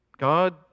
God